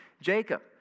Jacob